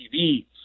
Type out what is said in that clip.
TV